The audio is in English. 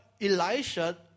Elisha